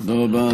תודה רבה,